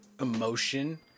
emotion